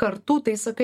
kartų tai sakai